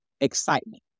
excitement